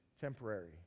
temporary